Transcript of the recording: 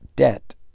Debt